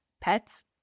Pets